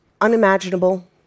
unimaginable